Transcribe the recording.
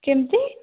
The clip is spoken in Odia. କେମିତି